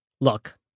Look